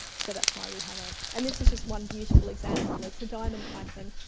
so that's why we have it. and this is just one beautiful example, it's a diamond python.